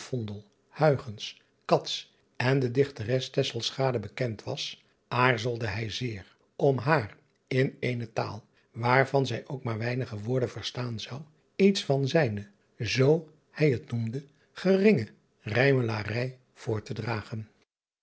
en de ichteres bekend was aarzelde hij zeer om haar in eene taal waarvan zij ook maar weinige woorden verstaan zou iets van zijne zoo hij het noemde geringe rijmelarij voor te dragen